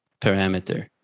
parameter